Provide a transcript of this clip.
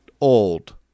old